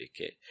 Okay